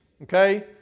Okay